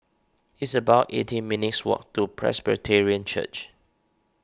it's about eighteen minutes' walk to Presbyterian Church